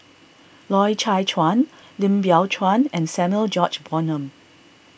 Loy Chye Chuan Lim Biow Chuan and Samuel George Bonham